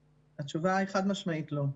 התשובה היא חד משמעית לא.